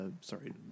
sorry